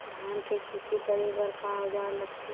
धान के खेती करे बर का औजार लगथे?